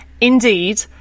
indeed